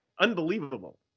unbelievable